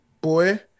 boy